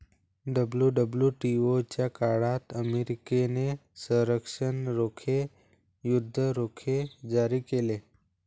WWTO च्या काळात अमेरिकेने संरक्षण रोखे, युद्ध रोखे जारी केले